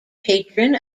patron